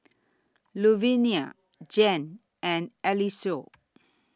Luvinia Jan and Eliseo